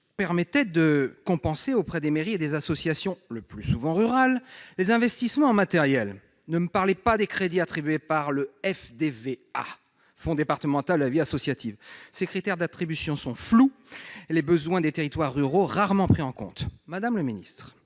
permettaient de compenser, pour les mairies et les associations, le plus souvent rurales, les investissements en matériel. Ne me parlez pas des crédits attribués par le fonds départemental de la vie associative, le FDVA ... Les critères d'attribution sont flous et les besoins des territoires ruraux rarement pris en compte ! Madame la ministre,